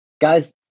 guys